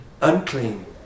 unclean